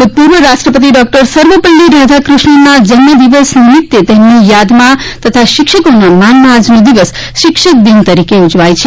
ભૂતપૂર્વ રાષ્ટ્રપતિ ડોક્ટર સર્વપલ્લી રાધાકૃષ્ણનના જન્મ દિવસે નિમિત્તે તેમની યાદમાં તથા શિક્ષકો માનમાં આજનો દિવસ શિક્ષક દિન તરીકે ઉજવાય છે